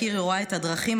הכיר יוראי את הדרכים,